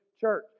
church